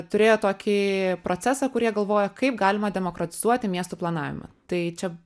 turėjo tokį procesą kur jie galvojo kaip galima demokratizuoti miestų planavimą tai čia